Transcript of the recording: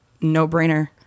no-brainer